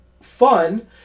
fun